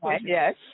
yes